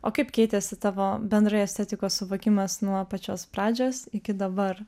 o kaip keitėsi tavo bendrai estetikos suvokimas nuo pačios pradžios iki dabar